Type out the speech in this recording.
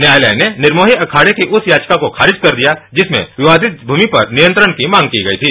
न्यायालय ने निर्मोसी अखाड़े की उस याचिका को खारिज कर दिया जिसमें विवादित जमीन पर नियंत्रण की मांग की गई थी